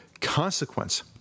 consequence